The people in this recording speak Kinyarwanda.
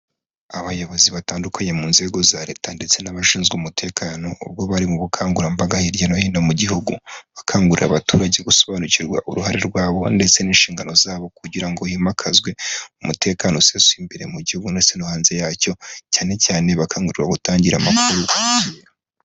Abayobozi batandukanye mu nzego za Leta ndetse n'abashinzwe umutekano ubwo bari mu bukangurambaga hirya no hino mu gihugu, bakangurira abaturage gusobanukirwa uruhare rwabo ndetse n'inshingano zabo kugira ngo himakazwe umutekano usesuye imbere mu gihugu no hanze yacyo cyane cyane bakangurira gutangira amakuru ku gihe.